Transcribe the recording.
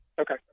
okay